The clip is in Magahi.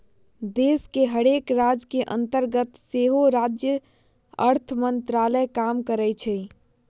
देश के हरेक राज के अंतर्गत सेहो राज्य अर्थ मंत्रालय काम करइ छै